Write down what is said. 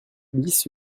bis